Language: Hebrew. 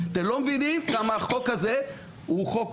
אתם לא מבינים כמה החוק הזה הוא חוק